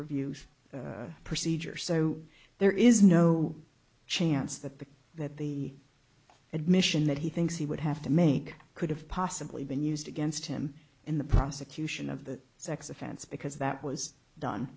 reviews procedure so there is no chance that the that the admission that he thinks he would have to make could have possibly been used against him in the prosecution of the sex offense because that was done